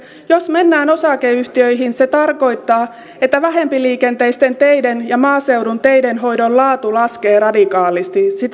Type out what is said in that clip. jos mennään osakeyhtiöihin se tarkoittaa että vähempiliikenteisten teiden ja maaseudun teiden hoidon laatu laskee radikaalisti